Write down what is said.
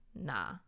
nah